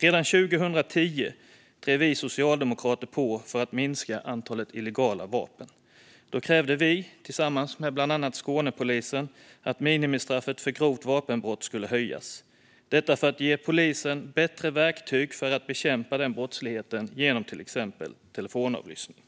Redan 2010 drev vi socialdemokrater på för att minska antalet illegala vapen. Då krävde vi, tillsammans med bland annat Skånepolisen, att minimistraffet för grovt vapenbrott skulle höjas - detta för att ge polisen bättre verktyg för att bekämpa den brottsligheten genom till exempel telefonavlyssning.